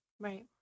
Right